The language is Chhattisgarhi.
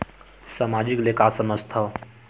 सामाजिक ले का समझ थाव?